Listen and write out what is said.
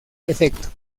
efecto